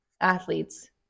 athletes